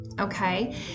okay